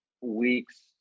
weeks